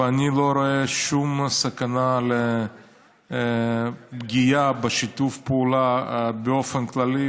ואני לא רואה שום סכנה של פגיעה בשיתוף הפעולה באופן כללי,